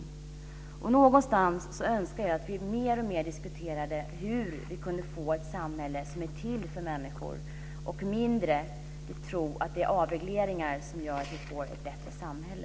Någonstans önskar jag att vi mer och mer kunde diskutera hur vi skulle kunna få ett samhälle som är till för människor och mindre tro att det är avregleringar som gör att vi får ett bättre samhälle.